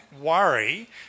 worry